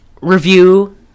review